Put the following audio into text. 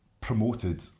promoted